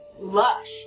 lush